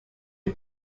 are